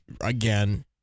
Again